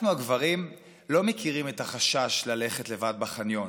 אנחנו הגברים לא מכירים את החשש ללכת לבד בחניון,